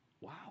Wow